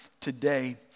today